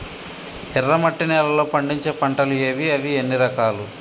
ఎర్రమట్టి నేలలో పండించే పంటలు ఏవి? అవి ఎన్ని రకాలు?